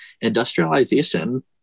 industrialization